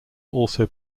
also